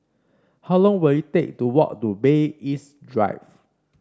how long will it take to walk to Bay East Drive